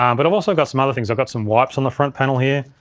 um but i've also got some other things, i've got some wipes on the front panel here.